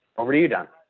over to you done.